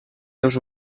seus